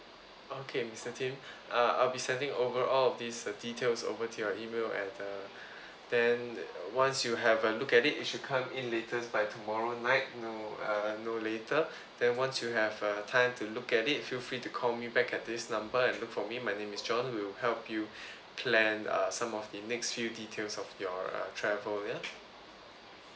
okay mister tim uh I'll be sending over all of these uh details over your email and uh then once you have a look at it you should come in latest by tomorrow night no uh no later then once you have uh time to look at it feel free to call me back at this number and look for me my name is john we will help you plan uh some of the next few details of your uh travel ya